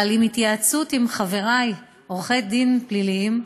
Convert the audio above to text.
אבל בהתייעצות עם חבריי שהם עורכי דין פליליים,